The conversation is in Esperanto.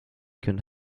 kun